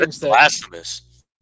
blasphemous